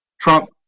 Trump